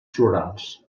florals